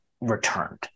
returned